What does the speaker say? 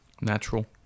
Natural